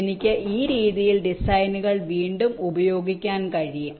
എനിക്ക് ഈ രീതിയിൽ ഡിസൈനുകൾ വീണ്ടും ഉപയോഗിക്കാൻ കഴിയും